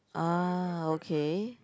uh okay